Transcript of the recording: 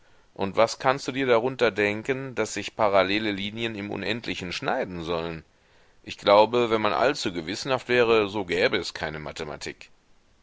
und was kannst du dir darunter denken daß sich parallele linien im unendlichen schneiden sollen ich glaube wenn man allzu gewissenhaft wäre so gäbe es keine mathematik